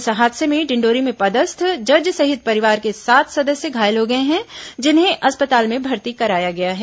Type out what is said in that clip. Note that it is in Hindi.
इस हादसे में डिंडोरी में पदस्थ जज सहित परिवार के सात सदस्य घायल हो गए हैं जिन्हें अस्पताल में भर्ती कराया गया है